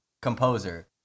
composer